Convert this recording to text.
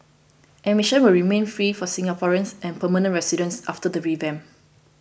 admission will remain free for Singaporeans and permanent residents after the revamp